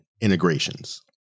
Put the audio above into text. integrations